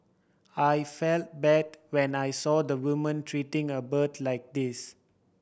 I felt bad when I saw the woman treating a bird like this